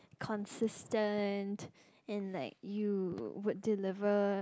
consistent and like you would deliver